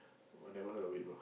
oh never heard of it before